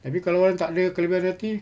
tapi kalau orang tak ada kelebihan I_T